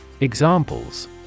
Examples